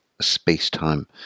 space-time